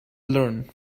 learn